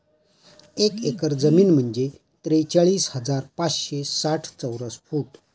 एक एकर जमीन म्हणजे त्रेचाळीस हजार पाचशे साठ चौरस फूट